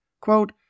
Quote